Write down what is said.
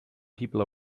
people